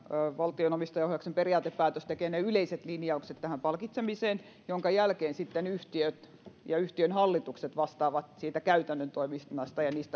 valtion omistajaohjauksen periaatepäätös tekee ne yleiset linjaukset tähän palkitsemiseen minkä jälkeen sitten yhtiöt ja yhtiöiden hallitukset vastaavat siitä käytännön toiminnasta ja